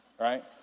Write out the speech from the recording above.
right